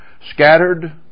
scattered